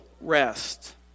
rest